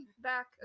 back